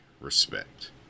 respect